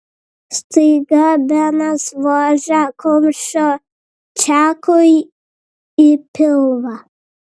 staiga benas vožė kumščiu čakui į pilvą